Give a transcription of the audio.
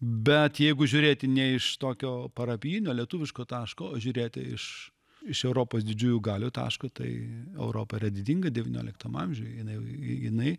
bet jeigu žiūrėti ne iš tokio parapijinio lietuviško taško o žiūrėti iš iš europos didžiųjų galių taško tai europa yra didinga devynioliktam amžiuj jinai jinai